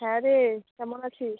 হ্যাঁ রে কেমন আছিস